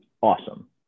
awesome